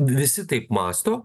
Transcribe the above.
visi taip mąsto